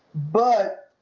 but